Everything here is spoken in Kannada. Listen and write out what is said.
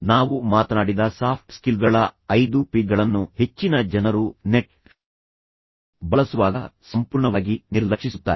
ನಾವು ಮಾತನಾಡಿದ ಸಾಫ್ಟ್ ಸ್ಕಿಲ್ಗಳ ಐದು ಪಿ ಗಳನ್ನು ಹೆಚ್ಚಿನ ಜನರು ನೆಟ್ ಬಳಸುವಾಗ ಸಂಪೂರ್ಣವಾಗಿ ನಿರ್ಲಕ್ಷಿಸುತ್ತಾರೆ